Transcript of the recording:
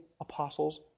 apostles